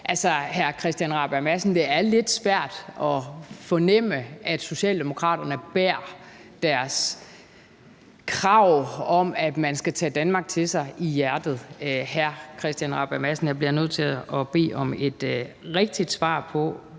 Altså, hr. Christian Rabjerg Madsen, det er lidt svært at fornemme, at Socialdemokraterne bærer deres krav om, at man skal tage Danmark til sig, i hjertet. Hr. Christian Rabjerg Madsen, jeg bliver nødt til at bede om et rigtigt svar på: